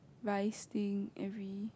rice thing every